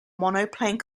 monoplane